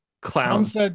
Clowns